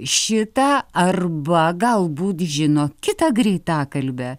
šitą arba galbūt žino kitą greitakalbe